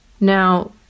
now